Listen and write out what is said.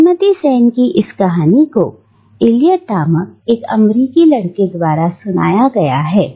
श्रीमती सेन की इस कहानी को इलियट नामक एक अमेरिकी लड़के द्वारा सुनाया गया है